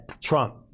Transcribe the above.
Trump